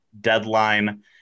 deadline